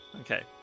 Okay